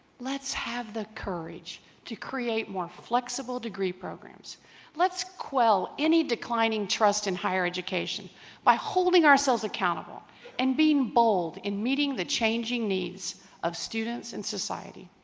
let's have the courage to create more flexible degree programs let's quell any declining trust in higher education by holding ourselves accountable and being bold in meeting the changing needs of students in society